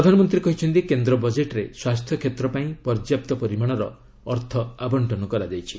ପ୍ରଧାନମନ୍ତ୍ରୀ କହିଛନ୍ତି କେନ୍ଦ୍ର ବଜେଟ୍ରେ ସ୍ୱାସ୍ଥ୍ୟକ୍ଷେତ୍ର ପାଇଁ ପର୍ଯ୍ୟାପ୍ତ ପରିମାଣର ଅର୍ଥ ଆବଶ୍ଚନ କରାଯାଇଛି